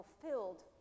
fulfilled